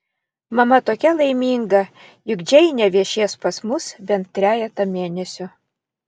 mama tokia laiminga juk džeinė viešės pas mus bent trejetą mėnesių